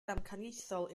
damcaniaethol